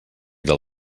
del